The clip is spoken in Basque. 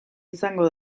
izango